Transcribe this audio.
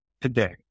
today